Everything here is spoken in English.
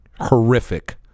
horrific